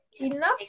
enough